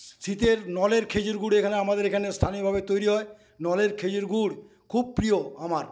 শীতের নলের খেজুর গুড় এইখানে আমাদের এইখানে স্থানীয়ভাবে তৈরি হয় নলের খেজুর গুড় খুব প্রিয় আমার